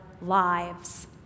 lives